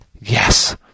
yes